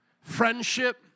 friendship